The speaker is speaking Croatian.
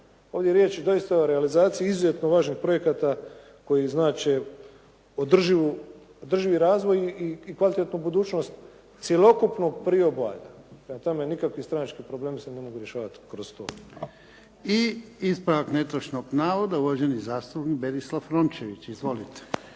Ovdje je riječ doista o realizaciji izuzetno važnih projekata koji znače održivi razvoj i kvalitetnu budućnost cjelokupnog priobalja. Prema tome, nikakvi stranački problemi se ne mogu rješavati kroz to. **Jarnjak, Ivan (HDZ)** I ispravak netočnog navoda uvaženi zastupnik Berislav Rončević. Izvolite.